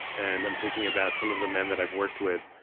and i'm thinking about some of the men that i've worked with,